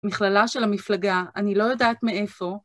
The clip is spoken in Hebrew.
מכללה של המפלגה, אני לא יודעת מאיפה.